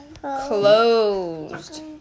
closed